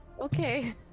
Okay